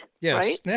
Yes